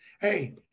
Hey